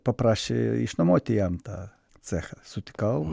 paprašė išnuomoti jam tą cechą sutikau